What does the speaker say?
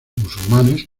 musulmanes